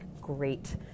great